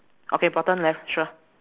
okay bottom left sure